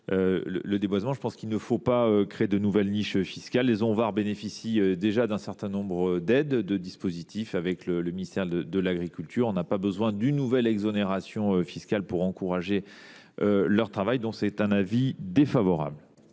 du débroussaillement : je pense qu’il ne faut pas créer de nouvelle niche fiscale. Les Onvar bénéficient déjà d’un certain nombre d’aides et de dispositifs du ministère de l’agriculture. Il n’y a pas besoin d’une nouvelle exonération fiscale pour encourager leur travail : avis défavorable.